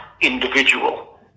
individual